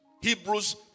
Hebrews